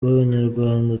nk’abanyarwanda